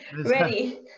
Ready